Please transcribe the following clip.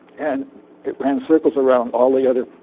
and it ran circles around all the other